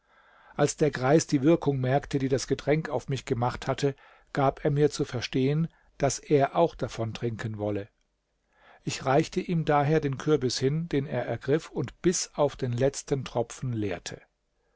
als der greis die wirkung merkte die das getränk auf mich gemacht hatte gab er mir zu verstehen daß er auch davon trinken wolle ich reichte ihm daher den kürbis hin den er ergriff und bis auf den letzten tropfen leerte